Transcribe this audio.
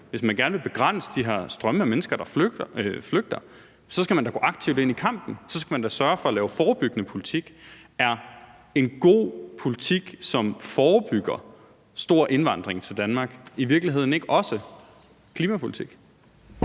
hvis man gerne vil begrænse de her strømme af mennesker, der flygter, så skal man da gå aktivt ind i kampen. Så skal man da sørge for at lave forebyggende politik. Er en god politik, som forebygger stor indvandring i Danmark, i virkeligheden ikke også klimapolitik?